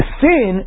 sin